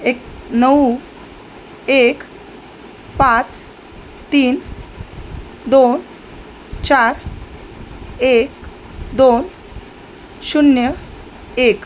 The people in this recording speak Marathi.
एक नऊ एक पाच तीन दोन चार एक दोन शून्य एक